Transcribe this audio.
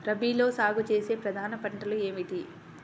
రబీలో సాగు చేసే ప్రధాన పంటలు ఏమిటి?